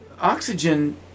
oxygen